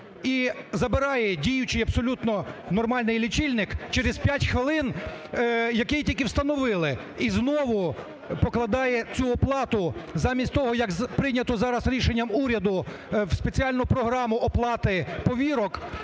і забирає діючий, абсолютно нормальний лічильник через 5 хвилин, який тільки встановили і знову покладає цю оплату замість того, як прийнято зараз рішенням уряду в спеціальну програму оплати повірок